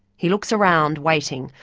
he looks around, waiting,